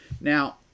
Now